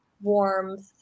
warmth